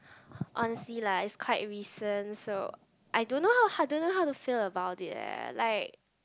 honestly lah is quite recent so I don't know how I don't know how to feel about it eh like